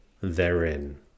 therein